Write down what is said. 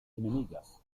enemigas